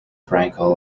frankel